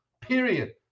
Period